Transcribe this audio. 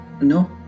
No